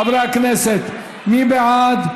חברי הכנסת, מי בעד?